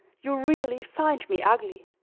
you really find me ugly.